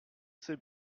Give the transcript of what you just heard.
sait